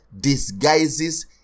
disguises